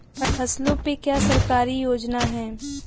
फसलों पे क्या सरकारी योजना है?